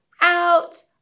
out